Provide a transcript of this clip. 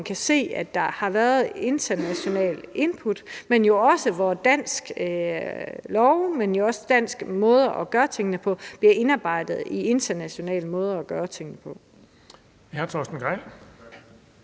kan se, at der har været et internationalt input, men jo også, at dansk lov og den danske måde at gøre tingene på er indarbejdet i internationale måder at gøre tingene på.